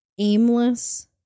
aimless